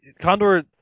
Condor